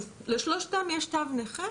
לשלושתם יש תו נכה